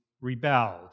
rebelled